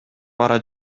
бара